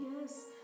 yes